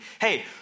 Hey